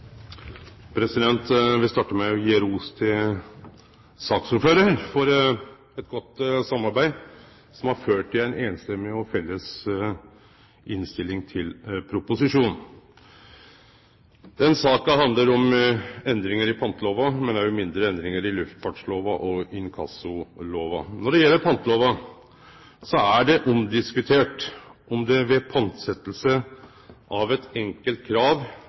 vil starte med å gje ros til saksordføraren for eit godt samarbeid, som har ført til ei samrøystes og felles innstilling til proposisjonen. Denne saka handlar om endringar i pantelova, men òg om mindre endringar i luftfartslova og inkassolova. Når det gjeld pantelova, er det omdiskutert om det ved pantsetjing av eit enkelt krav